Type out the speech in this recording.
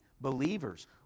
believers